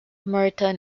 merton